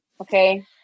okay